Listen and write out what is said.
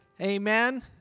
Amen